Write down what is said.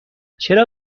چرا